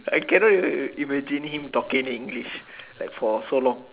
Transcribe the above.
I cannot even imagine him talking in English like for so long